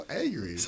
angry